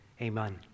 amen